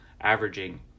averaging